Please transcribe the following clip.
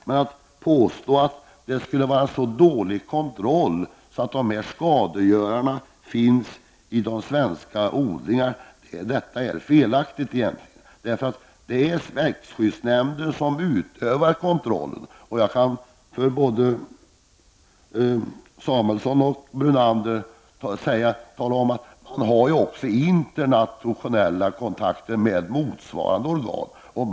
Men att påstå att det skulle vara så dålig kontroll att de här skadegörarna finns i de svenska odlingarna är felaktigt. Det är växtskyddsnämnden som utövar kontrollen i detta sammanhang. Till både Marianne Samuelsson och Lennart Brunander vill jag säga att man har internationella kontakter med motsvarande organ.